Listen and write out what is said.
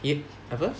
if apa